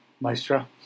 Maestro